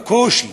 בקושי.